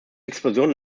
explosion